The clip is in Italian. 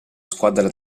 squadra